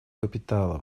капитала